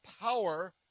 power